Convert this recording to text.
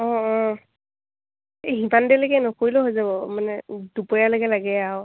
অঁ অঁ এই সিমান দেৰিলৈকে নকৰিলেও হৈ যাব মানে দুপৰীয়ালৈকে লাগে আৰু